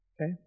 Okay